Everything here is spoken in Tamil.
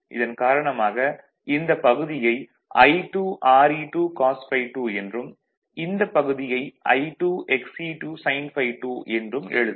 இதன் காரணமாக இந்தப் பகுதியை I2 Re2 cos ∅2 என்றும் இந்தப் பகுதியை I2 Xe2 sin ∅2 என்றும் எழுதலாம்